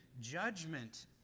judgment